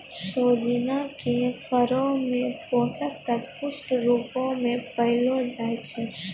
सोजिना के फरो मे पोषक तत्व पुष्ट रुपो मे पायलो जाय छै